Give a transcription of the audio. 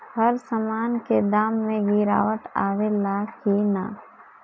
हर सामन के दाम मे गीरावट आवेला कि न?